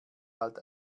halt